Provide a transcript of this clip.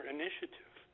initiative